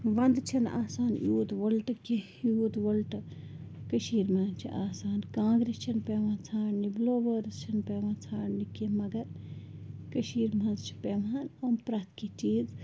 وَندٕ چھِنہٕ آسان یوٗت وٕلٹہٕ کیٚنٛہہ یوٗت وٕلٹہٕ کٔشیٖرِ منٛز چھِ آسان کانٛگرِ چھَنہٕ پٮ۪وان ژھانٛڈنہِ بُلٲوٲرٕس چھِنہٕ پٮ۪وان ژھانٛڈنہِ کیٚنٛہہ مگر کٔشیٖرِ منٛز چھِ پٮ۪وان یِم پرٛٮ۪تھ کیٚنٛہہ چیٖز